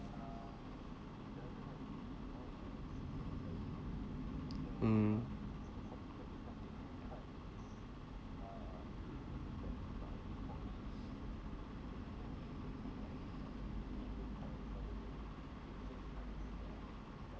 mm